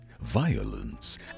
violence